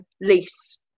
lease